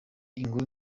inkuru